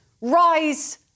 rise